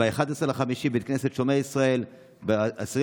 ב-11 במאי, בית